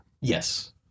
Yes